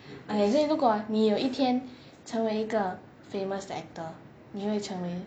I said 如果你有一天成为一个 famous 的 actor 你会成为